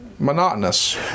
Monotonous